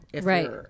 Right